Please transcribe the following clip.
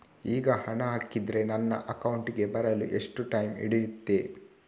ಈಗ ಹಣ ಹಾಕಿದ್ರೆ ನನ್ನ ಅಕೌಂಟಿಗೆ ಬರಲು ಎಷ್ಟು ಟೈಮ್ ಹಿಡಿಯುತ್ತೆ?